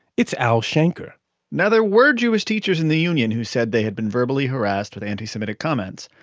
it's al shanker now, there were jewish teachers in the union who said they had been verbally harassed with anti-semitic comments,